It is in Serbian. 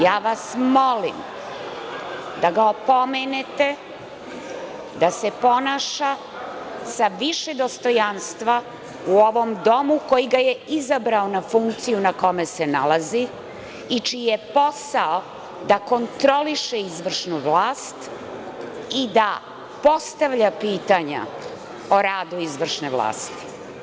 Ja vas molim da ga opomenete da se ponaša sa više dostojanstva u ovom domu koji ga je izabrao na funkciju na kojoj se nalazi i čiji je posao da kontroliše izvršnu vlast i da postavlja pitanja o radu izvršne vlasti.